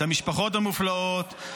את המשפחות המופלאות,